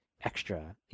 extra